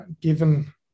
given